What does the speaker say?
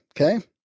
okay